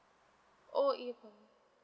oh if uh